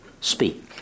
speak